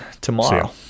tomorrow